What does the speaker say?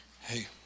Hey